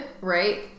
Right